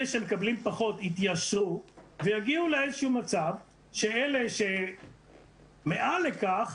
אלה שמקבלים פחות יתיישרו ויגיעו לאיזשהו מצב שאלה שמעל לכך,